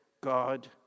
God